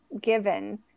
given